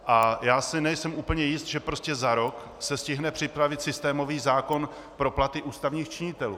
A já si nejsem úplně jist, že prostě za rok se stihne připravit systémový zákon pro platy ústavních činitelů.